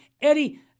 Eddie